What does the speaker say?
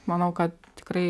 manau kad tikrai